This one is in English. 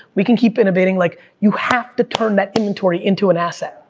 we can keep innovating. like you have to turn that into into an asset.